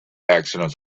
accidents